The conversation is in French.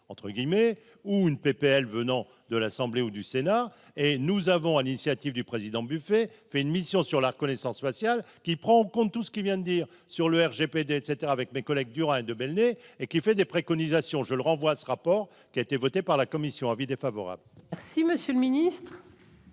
entre guillemets ou une PPL venant de l'Assemblée ou du Sénat, et nous avons à l'initiative du président buffet fait une mission sur la reconnaissance faciale qui prend en compte tout ce qui vient de dire sur le RGPD, etc, avec mes collègues du de Belenet et qui fait des préconisations je le renvoie, ce rapport qui a été votée par la commission : avis défavorable. Merci, monsieur le Ministre.